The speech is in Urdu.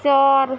چار